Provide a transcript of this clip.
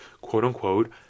quote-unquote